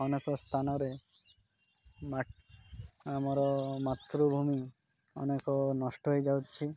ଅନେକ ସ୍ଥାନରେ ମା ଆମର ମାତୃଭୂମି ଅନେକ ନଷ୍ଟ ହୋଇଯାଉଛି